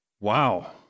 Wow